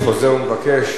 אני שוב חוזר ומבקש,